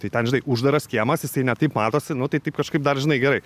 tai ten žinai uždaras kiemas jisai ne taip matosi nu tai taip kažkaip dar žinai gerai